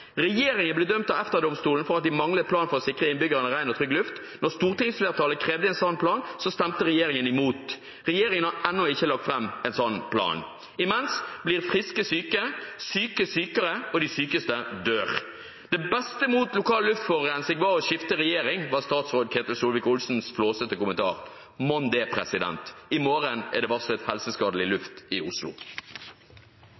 Regjeringen ble dømt av EFTA-domstolen for at den manglet en plan for å sikre innbyggerne ren og trygg luft. Da stortingsflertallet krevde en slik plan, stemte regjeringspartiene imot. Regjeringen har ennå ikke lagt fram en slik plan. Imens blir friske syke, syke sykere og de sykeste dør. Det beste mot lokal luftforurensing var å skifte regjering, var statsråd Ketil Solvik-Olsens flåsete kommentar. Mon det – i morgen er det varslet helseskadelig